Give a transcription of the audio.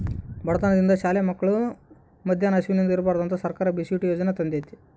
ಬಡತನದಿಂದ ಶಾಲೆ ಮಕ್ಳು ಮದ್ಯಾನ ಹಸಿವಿಂದ ಇರ್ಬಾರ್ದಂತ ಸರ್ಕಾರ ಬಿಸಿಯೂಟ ಯಾಜನೆ ತಂದೇತಿ